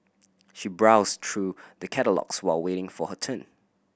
she browsed through the catalogues while waiting for her turn